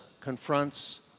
confronts